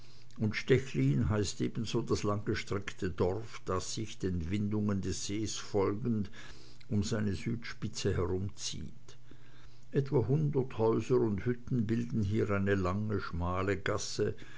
und stechlin heißt ebenso das langgestreckte dorf das sich den windungen des sees folgend um seine südspitze herumzieht etwa hundert häuser und hütten bilden hier eine lange schmale gasse